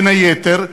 בין היתר,